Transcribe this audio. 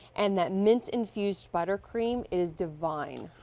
and the mint infused buttercream is divine.